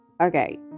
Okay